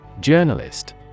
Journalist